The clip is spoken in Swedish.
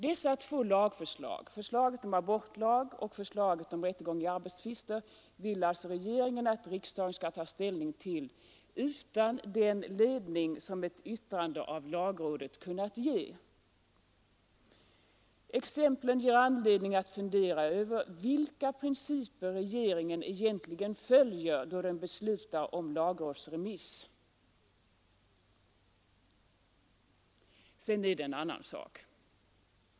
Dessa två lagförslag — förslaget om abortlag och förslaget om rättegång i arbetstvister — vill alltså regeringen att riksdagen skall ta ställning till utan den ledning som ett yttrande av lagrådet kunnat ge. Exemplen ger anledning att fundera över vilka principer regeringen egentligen följer då den beslutar om lagrådsremiss. Sedan är det en annan sak.